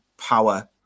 Power